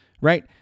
right